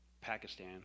Pakistan